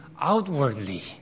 outwardly